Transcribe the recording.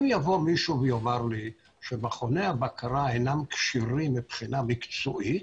אם יבוא מישהו ויאמר לי שמכוני הבקרה אינם כשירים מבחינה מקצועית,